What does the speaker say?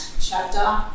chapter